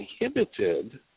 inhibited